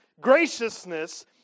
graciousness